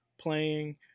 playing